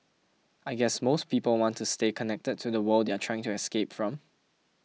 I guess most people want to stay connected to the world they are trying to escape from